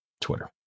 Twitter